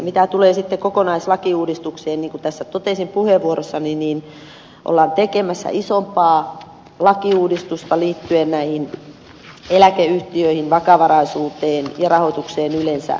mitä tulee sitten kokonaislakiuudistukseen niin kuin tässä totesin puheenvuorossani ollaan tekemässä isompaa lakiuudistusta liittyen näihin eläkeyhtiöihin vakavaraisuuteen ja rahoitukseen yleensä eläkevarastointiin